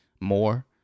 more